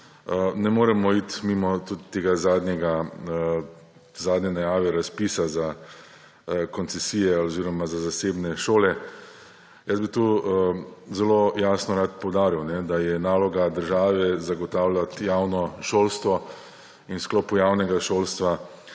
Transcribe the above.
ne moremo iti mimo zadnje najave razpisa za koncesije oziroma za zasebne šole. Tu bi zelo jasno rad poudaril, da je naloga države zagotavljati javno šolstvo in v sklopu javnega šolstva